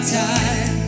time